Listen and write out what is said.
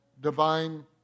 divine